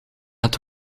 het